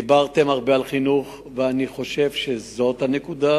דיברתם הרבה על חינוך, ואני חושב שזאת הנקודה.